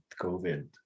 COVID